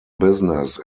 business